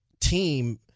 team